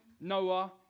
Noah